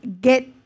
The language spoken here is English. get